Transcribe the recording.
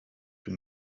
for